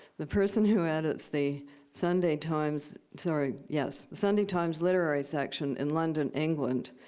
the person who edits the sunday times sorry, yes the sunday times literary section in london, england,